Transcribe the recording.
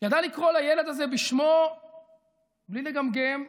ידע לקרוא לילד הזה בשמו בלי לגמגם,